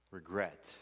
regret